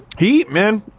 he, man,